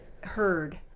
heard